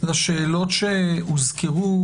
לשאלות שהוזכרו,